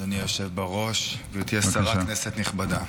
אדוני היושב בראש, גברתי השרה, כנסת נכבדה,